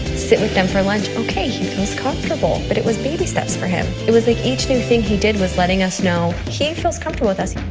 sit with them for lunch. okay, he feels comfortable. but it was baby steps for him. it was like each new thing he did was letting us know he feels comfortable with us.